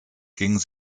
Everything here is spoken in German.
ging